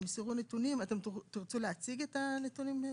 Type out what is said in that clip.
אתם תירצו להציג את הנתונים שלכם?